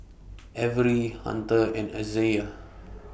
Avery Hunter and Isaiah